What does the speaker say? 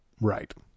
Right